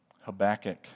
Habakkuk